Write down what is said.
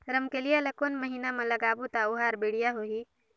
रमकेलिया ला कोन महीना मा लगाबो ता ओहार बेडिया होही?